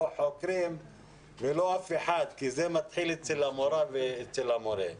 חוקרים ולא אף אחד כי זה מתחילה אצל המורָה ואצל המורֶה.